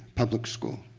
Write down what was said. public school.